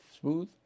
smooth